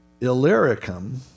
Illyricum